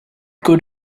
could